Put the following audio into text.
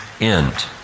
end